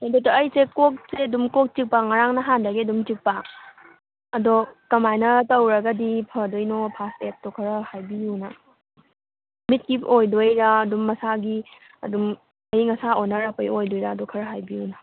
doctor ꯑꯩꯁꯦ ꯀꯣꯛꯁꯦ ꯑꯗꯨꯝ ꯀꯣꯛ ꯆꯤꯛꯄ ꯉꯔꯥꯡ ꯅꯍꯥꯟꯗꯒꯤ ꯑꯗꯨꯝ ꯆꯤꯛꯄ ꯑꯗꯣ ꯀꯃꯥꯏꯅ ꯇꯧꯔꯒꯗꯤ ꯐꯗꯣꯏꯅꯣ ꯐꯥꯔꯁ ꯑꯦꯗ ꯇꯣ ꯈꯔ ꯍꯥꯏꯕꯤꯌꯣꯅ ꯃꯤꯠꯀꯤ ꯑꯣꯏꯗꯣꯏꯔꯥ ꯑꯗꯨꯝ ꯃꯁꯥꯒꯤ ꯑꯗꯨꯝ ꯑꯌꯤꯡ ꯑꯁꯥ ꯑꯣꯟꯅꯔꯛꯄꯒꯤ ꯑꯣꯏꯗꯣꯏꯔꯥ ꯑꯗꯣ ꯈꯔ ꯍꯥꯏꯕꯤꯌꯣꯅ